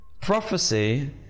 prophecy